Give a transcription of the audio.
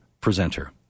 presenter